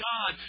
God